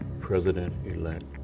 president-elect